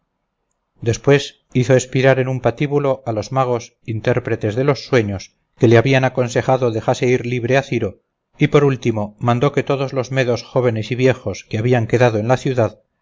después hizo espirar en un patíbulo a los magos intérpretes de los sueños que le habían aconsejado dejase ir libre a ciro y por último mandó que todos los medos jóvenes y viejos que habían quedado en la ciudad